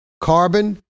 Carbon